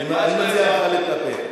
אני מציע לך להתאפק.